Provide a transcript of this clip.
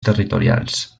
territorials